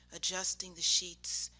adjusting the sheets,